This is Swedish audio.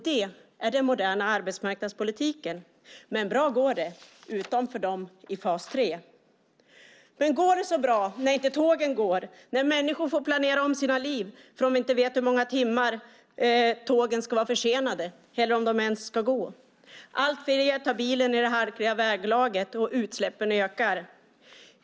Det är den moderna arbetsmarknadspolitiken. Men bra går det, utom för dem i fas 3. Går det så bra när tågen inte går, när människor får planera om sina liv eftersom de inte vet hur många timmar tågen ska vara försenade eller om de ens ska gå? Allt fler tar bilen i det hala väglaget och utsläppen ökar.